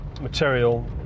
material